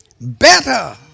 better